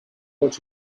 what